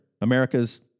America's